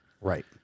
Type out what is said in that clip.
Right